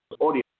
Audio